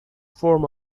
form